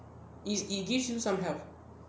it's it gives you some health